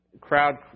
crowd